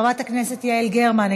חברת הכנסת יעל גרמן,